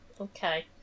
Okay